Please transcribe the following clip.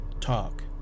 talk